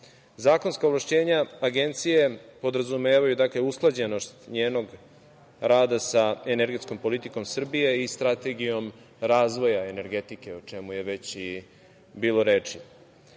gasa. Zakonska ovlašćenja Agencije podrazumevaju usklađenost njenog rada sa energetskom politikom Srbije i Strategijom razvoja energetike, o čemu je već bilo reči.